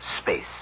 space